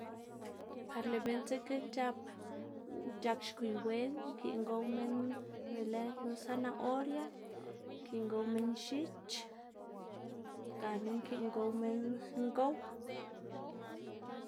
par lëꞌ minn dzekna c̲h̲ap c̲h̲ak xgwiy wen nkiꞌn gow minn be lëdnu sanaoria, nkiꞌn gow minn x̱ich gana nkiꞌn gow minn ngow.